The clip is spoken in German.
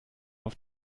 auf